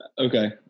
Okay